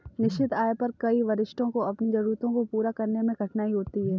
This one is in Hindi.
निश्चित आय पर कई वरिष्ठों को अपनी जरूरतों को पूरा करने में कठिनाई होती है